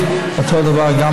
זקוקים לדברים אחרים.